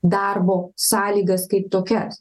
darbo sąlygas kaip tokias